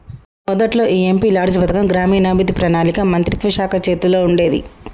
మొదట్లో ఈ MP LADS పథకం గ్రామీణాభివృద్ధి పణాళిక మంత్రిత్వ శాఖ చేతుల్లో ఉండేది